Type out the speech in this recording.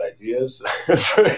ideas